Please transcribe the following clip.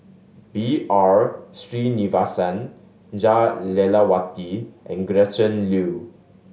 B R Sreenivasan Jah Lelawati and Gretchen Liu